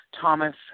Thomas